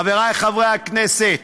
חבריי חברי הכנסת,